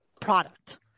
product